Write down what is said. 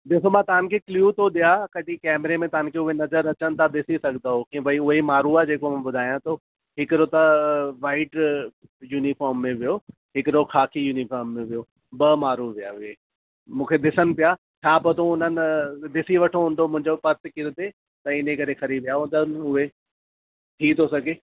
ॾिसो मां तव्हांखे क्लू तो ॾियां कॾहिं कैमरे में तव्हांखे उहे नज़रु अचनि तव्हां ॾिसी सघंदव की भाई उहे ई माण्हू आहिनि जेको मां ॿुधायां थो हिकिड़ो त वाइट यूनिफॉर्म में हुयो हिकिड़ो ख़ाकी यूनिफॉर्म में हुयो ॿ माण्हू हुआ उहे मूंखे ॾिसनि पिया छा पियो त उन्हनि ॾिसी वठो हूंदो मुंहिंजो पर्स किरियो थी त इन करे खणी विया अथनि उहे थी थो सघे